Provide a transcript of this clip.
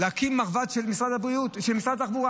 להקים מרב"ד של משרד התחבורה.